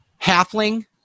halfling